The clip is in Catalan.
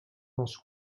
les